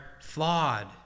flawed